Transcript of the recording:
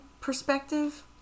perspective